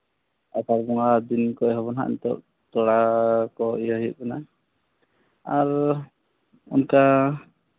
ᱟᱥᱟᱲ ᱵᱚᱸᱜᱟ ᱫᱤᱱ ᱠᱚᱨᱮ ᱱᱟᱦᱟᱸᱜ ᱱᱤᱛᱚᱜ ᱛᱚᱲᱟ ᱠᱚ ᱤᱭᱟᱹ ᱦᱩᱭᱩᱜ ᱠᱟᱱᱟ ᱟᱨ ᱚᱱᱠᱟ